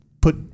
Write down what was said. put